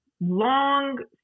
long